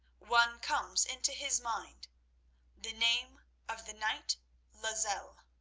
one comes into his mind the name of the knight lozelle.